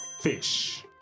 Fish